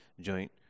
joint